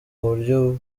buryo